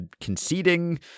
conceding